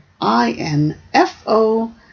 I-N-F-O